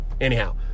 Anyhow